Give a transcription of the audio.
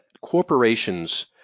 corporations